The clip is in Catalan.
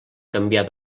canviar